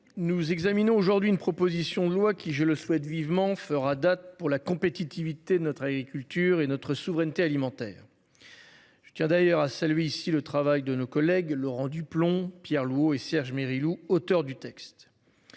nous examinons aujourd'hui une proposition de loi qui, je le souhaite vivement, fera date pour la compétitivité de notre agriculture et notre souveraineté alimentaire. Je tiens d'ailleurs à saluer ici le travail de nos collègues, Laurent Duplomb, Pierre Louÿs et Serge Méry, auteur du texte.